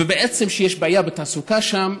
ובעצם, שיש בעיה בתעסוקה שם,